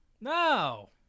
no